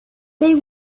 they